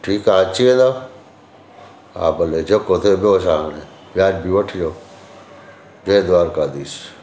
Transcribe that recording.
ठीकु आहे अची वेंदो हा भले जेको थिए ॿियो छा हाणे वाजिबी वठिजो जय द्वारकाधीश